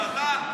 זה אתה?